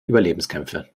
überlebenskämpfe